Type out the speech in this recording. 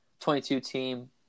22-team